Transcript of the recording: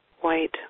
white